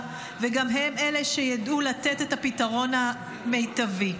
וגם הם אלה שידעו לתת את הפתרון המיטבי.